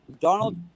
Donald